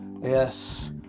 Yes